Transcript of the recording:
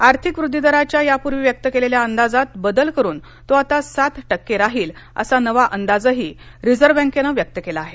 आर्थिक वृद्वी दराच्या यापूर्वी व्यक्त केलेल्या अंदाजात बदल करून तो आता सात टक्के राहील असा नवा अंदाजही रिझर्व्ह बँकेनं व्यक्त केला आहे